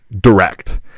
direct